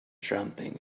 jumping